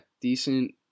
decent